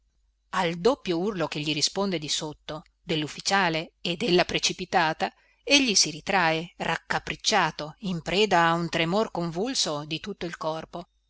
al doppio urlo che gli risponde di sotto dellufficiale e della precipitata egli si ritrae raccapricciato in preda a un tremor convulso di tutto il corpo